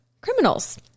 criminals